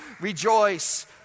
rejoice